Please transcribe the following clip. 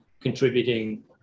contributing